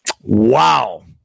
Wow